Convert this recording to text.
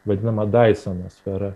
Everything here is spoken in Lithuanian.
vadinamą daisono sferą